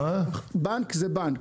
בנק זה בנק.